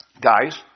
guys